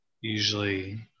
usually